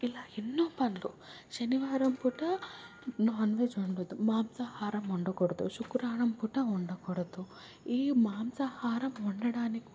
ఇలా ఎన్నో పనులు శనివారం పూట నాన్ వెజ్ వండదు మాంసాహారం వండకూడదు శుక్రవారం పూట వండకూడదు ఈ మాంసాహారం వండటానికి కూడా